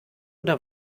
oder